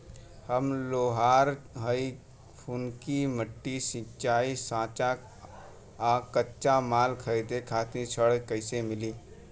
हम लोहार हईं फूंकनी भट्ठी सिंकचा सांचा आ कच्चा माल खरीदे खातिर ऋण कइसे मिली?